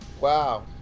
Wow